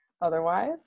otherwise